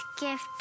gift